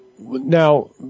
now